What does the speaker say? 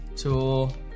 tool